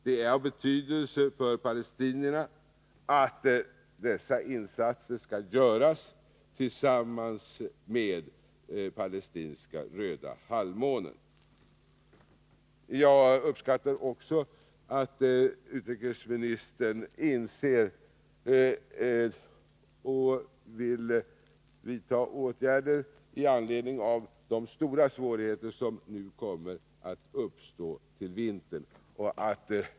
Det är av betydelse för palestinierna att dessa insatser görs tillsammans med palestinska Röda halvmånen. Jag uppskattar också att utrikesministern vill vidta åtgärder i anledning av de stora svårigheter som kommer att uppstå i vinter.